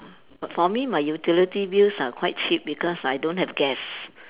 for me my utility bills are quite cheap because I don't have gas